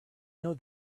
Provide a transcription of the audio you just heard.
know